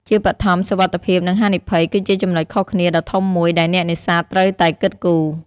ជាបឋម សុវត្ថិភាព និងហានិភ័យ គឺជាចំណុចខុសគ្នាដ៏ធំមួយដែលអ្នកនេសាទត្រូវតែគិតគូរ។